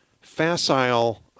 facile